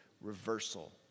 reversal